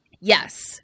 yes